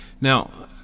now